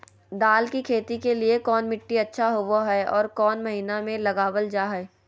दाल की खेती के लिए कौन मिट्टी अच्छा होबो हाय और कौन महीना में लगाबल जा हाय?